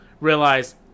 realize